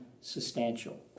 substantial